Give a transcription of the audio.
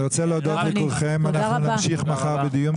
אני רוצה להודות לכולכם, אנחנו נמשיך מחר בדיון.